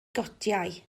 gotiau